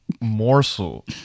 morsel